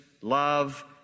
love